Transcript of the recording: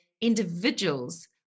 individuals